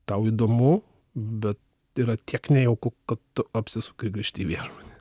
tau įdomu bet yra tiek nejauku kad tu apsisuki ir grįžti į viešbutį